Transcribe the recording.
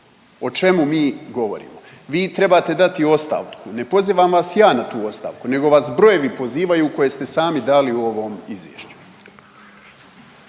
O čemu mi govorimo? Vi trebate dati ostavku. Ne pozivam vas ja na tu ostavku nego vas brojevi pozivaju koje ste sami dali u ovom izvješću.